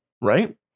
right